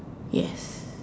yes